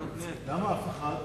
בעניין תוכנית ההתנתקות,